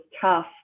tough